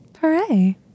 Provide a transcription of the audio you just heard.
Hooray